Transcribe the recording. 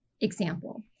example